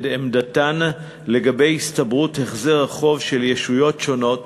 עמדתן לגבי הסתברות החזר החוב של ישויות שונות